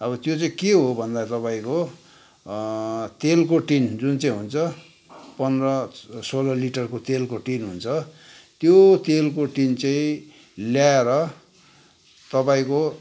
अब त्यो चाहिँ के हो भन्दा तपाईँको तेलको टिन जुन चाहिँ हुन्छ पन्ध्र सोह्र लिटरको तेलको टिन हुन्छ त्यो तेलको टिन चाहिँ ल्याएर तपाईँको